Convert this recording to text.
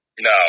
No